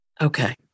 Okay